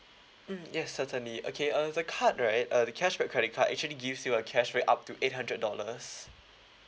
mm yes certainly okay uh the card right uh the cashback credit card actually gives you a cash rate up to eight hundred dollars